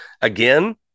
again